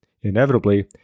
Inevitably